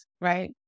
right